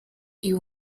you